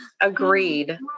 agreed